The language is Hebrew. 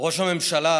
ראש הממשלה